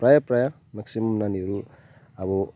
प्राय प्राय म्याक्सिमम् नानीहरू अब